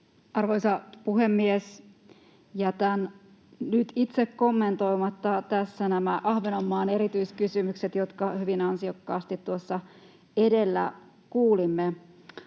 Arvoisa puhemies! Jätän nyt itse kommentoimatta tässä näitä Ahvenanmaan erityiskysymyksiä, jotka hyvin ansiokkaasti tuossa edellä kuulimme.